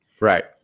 Right